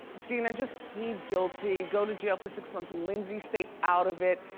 dina, just plead guilty, go to jail for six months. lindsay, stay out of it,